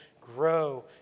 grow